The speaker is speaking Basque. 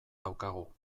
daukagu